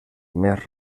més